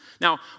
Now